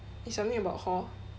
it's something about hall